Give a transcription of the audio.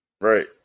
Right